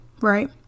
right